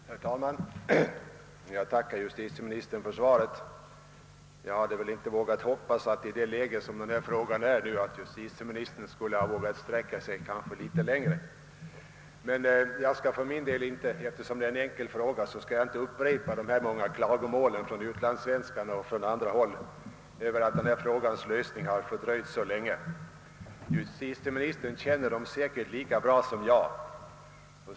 Herr talman! Jag tackar justitieministern för svaret. Jag hade knappast väntat att i det läge denna fråga befinner sig justitieministern skulle sträcka sig längre. Eftersom jag ställt endast en enkel fråga skall jag inte upprepa de många klagomålen från utlandssvenskarna och från andra håll över att denna frågas lösning dröjt så länge; justitieministern känner säkert till dem lika bra som jag.